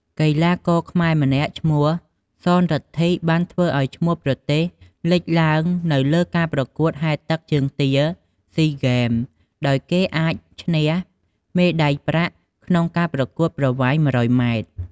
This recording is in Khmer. កីឡាករខ្មែរម្នាក់ឈ្មោះ ស៊ន រិទ្ធិ បានធ្វើឱ្យឈ្មោះប្រទេសលេចឡើងនៅការប្រកួតហែលទឹកជើងទា SEA Games ដោយគេអាចឈ្នះមេដាយប្រាក់ក្នុងការប្រកួតប្រវែង ១០០ម៉ែត្រ។